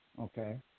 Okay